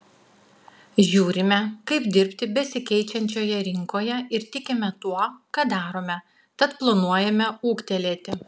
žiūrime kaip dirbti besikeičiančioje rinkoje ir tikime tuo ką darome tad planuojame ūgtelėti